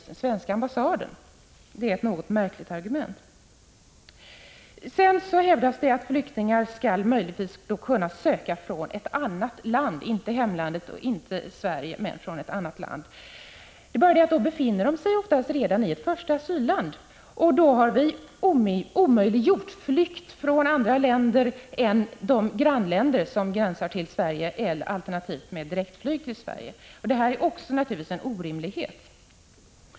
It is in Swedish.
Det är alltså ett något märkligt argument som har anförts. Det hävdas att flyktingar möjligtvis skall kunna söka asyl från ett annat land — alltså inte från hemlandet och inte från Sverige. Det är bara det att de oftast redan befinner sig i ett första asylland. Då har vi omöjliggjort flykt från andra länder än de länder som gränsar till Sverige — eller flykt med direktflyg till Sverige. Detta är naturligtvis också en orimlighet.